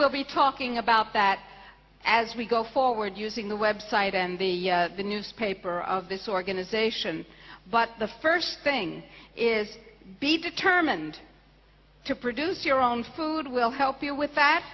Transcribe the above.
we'll be talking about that as we go forward using the website and the the newspaper of this organization but the first thing is be determined to produce your own food will help you with